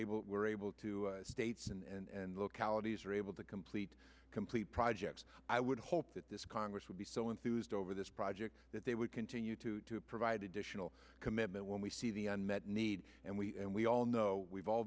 able we're able to states and localities are able to complete complete projects i would hope that this congress would be so enthused over this project that they would continue to provide additional commitment when we see the unmet need and we and we all know we've all